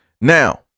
now